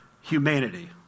humanity